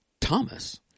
Thomas